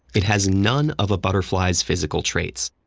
it has none of a butterfly's physical traits.